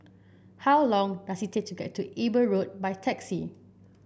how long does it take to get to Eber Road by taxi